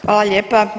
Hvala lijepa.